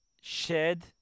Shed